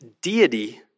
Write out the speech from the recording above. deity